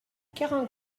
quarante